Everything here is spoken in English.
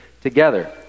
together